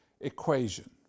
equation